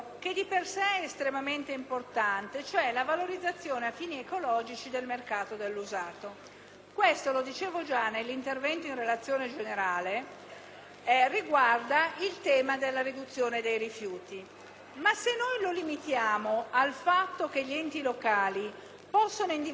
riguarda il tema della riduzione dei rifiuti, ma se lo limitiamo al fatto che gli enti locali possono individuare appositi spazi pubblici in cui svolgere periodicamente il mercato dell'usato, diciamo una cosa che è già possibile.